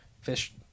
Fish